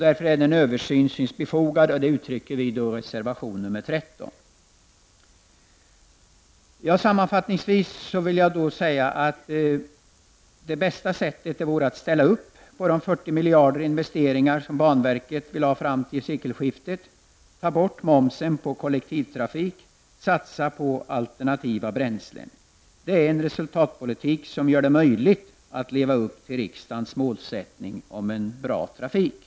Därför är en översyn befogad, vilket vi uttrycker i reservation Sammanfattningsvis vill jag säga att det bästa vore att man ställer sig bakom de 40 miljarder för investeringar som banverket vill ha fram till sekelskiftet, att man tar bort momsen på kollektivtrafik och att man satsar på alternativa bränslen. Det är en resultatpolitik som gör det möjligt att leva upp till riksdagens målsättning om en bra trafik.